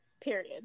period